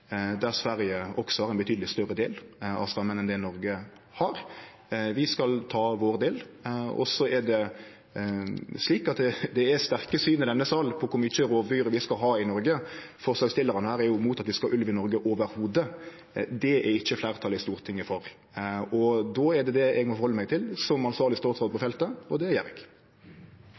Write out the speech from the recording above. der Sverige har ein betydeleg større del av stammen enn det Noreg har. Vi skal ta vår del. I denne salen er det sterke syn på kor mykje rovdyr vi skal ha i Noreg. Forslagsstillarane er imot at vi i det heile skal ha ulv i Noreg. Det er ikkje fleirtalet i Stortinget for. Då må eg som ansvarleg statsråd på feltet halde meg til det, og det gjer eg.